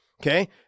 Okay